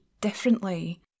differently